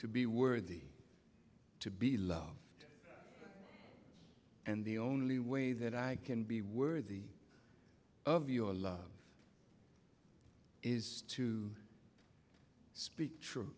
to be worthy to be loved and the only way that i can be worthy of your love is to speak t